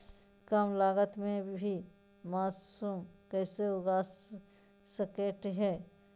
कम लगत मे भी मासूम कैसे उगा स्केट है?